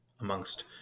amongst